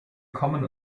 kommen